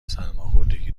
سرماخوردگی